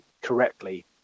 correctly